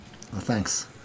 Thanks